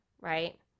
right